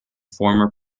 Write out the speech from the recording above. former